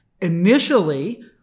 initially